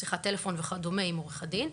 שיחת טלפון וכדומה לעורך דין,